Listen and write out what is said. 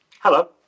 Hello